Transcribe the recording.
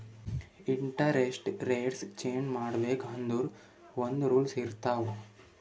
interest rates change ಮಾಡ್ಬೇಕ್ ಅಂದುರ್ ಒಂದ್ ರೂಲ್ಸ್ ಇರ್ತಾವ್